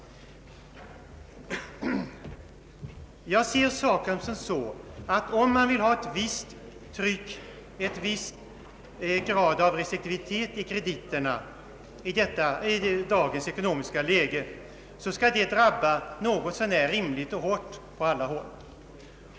Jag ser saken så att om man vill ha en viss grad av restriktivitet i krediter na i dagens ekonomiska läge, skall detta drabba något så när rimligt och lika hårt på alla håll.